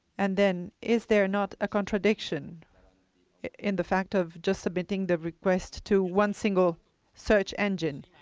and then is there not a contradiction in the fact of just submitting the request to one single search engine?